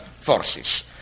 forces